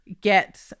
get